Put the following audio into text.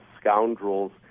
scoundrels